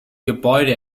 gebäude